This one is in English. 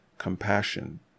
compassion